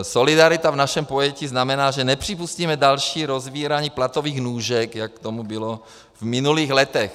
Solidarita v našem pojetí znamená, že nepřipustíme další rozvírání platových nůžek, jak tomu bylo v minulých letech.